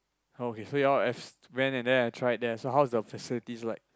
oh okay so you all have went and then have tried there so what's the facilities like